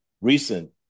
recent